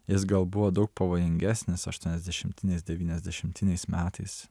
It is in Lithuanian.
jis gal buvo daug pavojingesnis aštuoniasdešimtiniais devyniasdešimtiniais metais